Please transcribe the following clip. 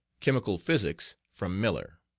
chemical physics, from miller.